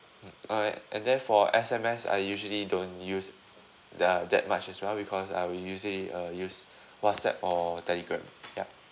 mm I and then for S_M_S I usually don't use uh that much as well because I will usually uh use WhatsApp or Telegram yup